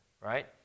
right